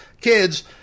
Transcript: kids